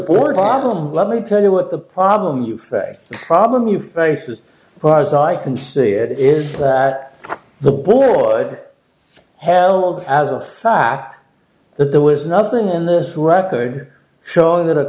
board problem let me tell you what the problem you face a problem you face as far as i can see it is that the boy halep as a fact that there was nothing in the record showing that a